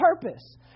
purpose